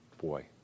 boy